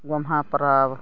ᱜᱚᱢᱦᱟ ᱯᱚᱨᱚᱵᱽ